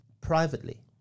privately